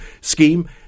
scheme